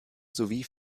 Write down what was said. sowie